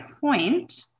point